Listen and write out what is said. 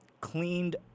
cleaned